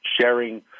sharing